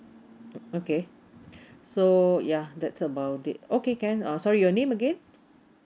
okay so ya that's about it okay can sorry your name again